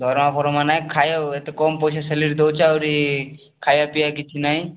ଦରମା ଫରମା ନାହିଁ ଖାଇବାକୁ ଏତେ କମ ପଇସା ସ୍ୟାଲେରୀ ଦେଉଛି ଆହୁରି କିଛି ଖାଇବା ପିଇବା ନାହିଁ